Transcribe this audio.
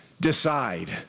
decide